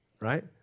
Right